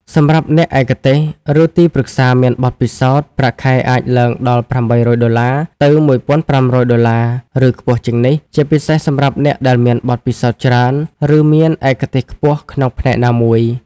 សម្រាប់អ្នកឯកទេស ឬទីប្រឹក្សាមានបទពិសោធន៍ ប្រាក់ខែអាចឡើងដល់ $800 ទៅ $1,500 (USD) ឬខ្ពស់ជាងនេះ ជាពិសេសសម្រាប់អ្នកដែលមានបទពិសោធន៍ច្រើន ឬមានឯកទេសខ្ពស់ក្នុងផ្នែកណាមួយ។